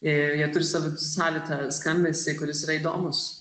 ir jie turi savo savitą skambesį kuris yra įdomūs